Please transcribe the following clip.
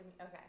Okay